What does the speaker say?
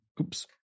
oops